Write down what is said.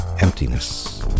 emptiness